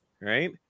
right